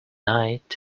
night